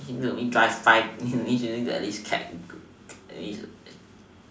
means you only drive five